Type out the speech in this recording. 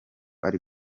ari